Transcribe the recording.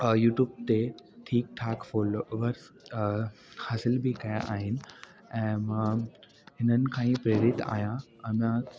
YouTube ते ठीकु ठाकु फोलोअर्स हासिल बि कया आहिनि ऐं मां हिननि खां ई प्रेरित आहियां